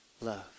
love